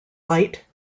light